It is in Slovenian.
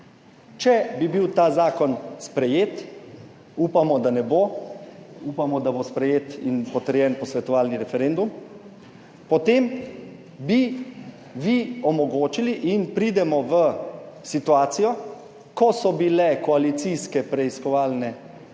Če bi bil ta zakon sprejet – upamo, da ne bo, upamo, da bo sprejet in potrjen posvetovalni referendum – potem bi vi omogočili in pridemo v situacijo, ko so bile koalicijske preiskovalne